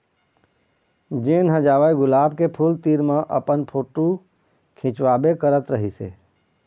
जेन ह जावय गुलाब के फूल तीर म अपन फोटू खिंचवाबे करत रहिस हे